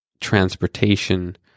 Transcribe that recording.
transportation